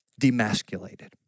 demasculated